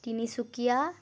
Tinsukia